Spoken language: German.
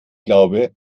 glaube